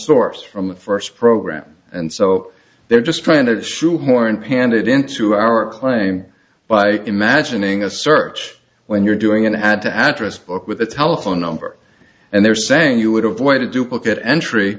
source from the first program and so they're just trying to shoehorn pand it into our claim by imagining a search when you're doing an add to address book with a telephone number and they're saying you would avoid a duplicate entry